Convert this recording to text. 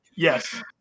Yes